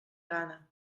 gana